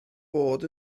bod